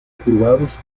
curvados